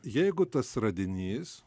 jeigu tas radinys